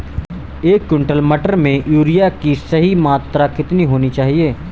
एक क्विंटल मटर में यूरिया की सही मात्रा कितनी होनी चाहिए?